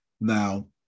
Now